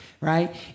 right